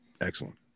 Excellent